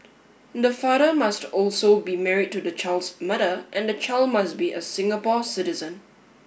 the father must also be married to the child's mother and the child must be a Singapore citizen